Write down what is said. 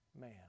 man